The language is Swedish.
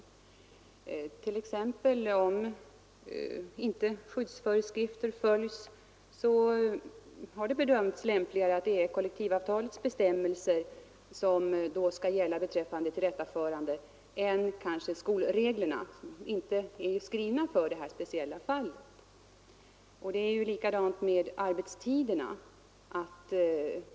Om t.ex. skyddsföreskrifter inte följs har det bedömts lämpligare att kollektivavtalens bestämmelser skall gälla beträffande tillrättaförande än skolreglerna, som inte är skrivna för detta speciella fall. Likadant är det med arbetstiderna.